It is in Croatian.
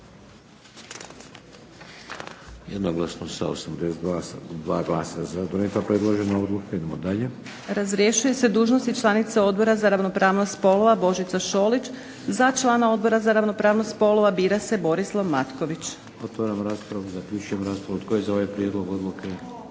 Jednoglasno sa 82 glasa za donijeta je predložena odluka. Idemo dalje. **Majdenić, Nevenka (HDZ)** Razrješuje se dužnosti članica Odbora za ravnopravnost spolova Božica Šolić. Za člana Odbora za ravnopravnost spolova bira se Borislav Matković. **Šeks, Vladimir (HDZ)** Otvaram raspravu. Zaključujem raspravu. Tko je za ovaj prijedlog odluke?